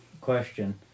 question